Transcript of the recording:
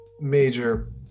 major